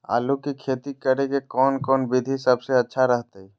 आलू की खेती करें के कौन कौन विधि सबसे अच्छा रहतय?